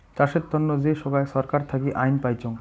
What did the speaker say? চাষের তন্ন যে সোগায় ছরকার থাকি আইন পাইচুঙ